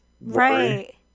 right